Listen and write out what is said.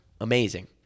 Amazing